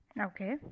Okay